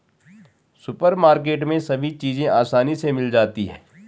supermarket में सभी चीज़ें आसानी से मिल जाती है